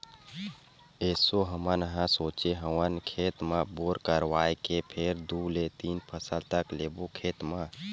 एसो हमन ह सोचे हवन खेत म बोर करवाए के फेर दू ले तीन फसल तक लेबो खेत म